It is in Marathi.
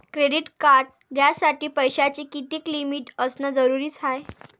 क्रेडिट कार्ड घ्यासाठी पैशाची कितीक लिमिट असनं जरुरीच हाय?